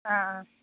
ꯑꯥ ꯑꯥ